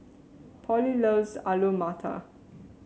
Polly loves Alu Matar